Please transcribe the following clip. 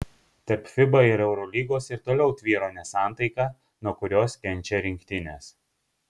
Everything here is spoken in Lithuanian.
tarp fiba ir eurolygos ir toliau tvyro nesantaika nuo kurios kenčia rinktinės